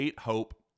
Hope